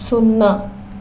సున్నా